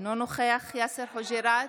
אינו נוכח יאסר חוג'יראת,